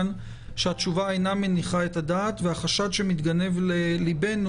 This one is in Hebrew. שהתשובה אינה מניחה את הדעת והחשד שמתגנב לליבנו,